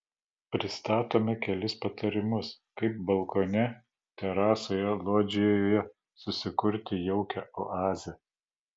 pristatome kelis patarimus kaip balkone terasoje lodžijoje susikurti jaukią oazę